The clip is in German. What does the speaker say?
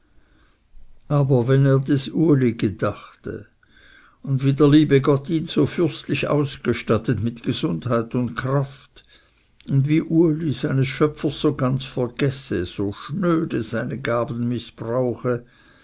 aber wenn er des uli gedachte und wie der liebe gott ihn so fürstlich ausgestattet mit gesundheit und kraft und wie uli seines schöpfers so ganz vergesse so schnöde seine gaben mißbrauche